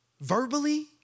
verbally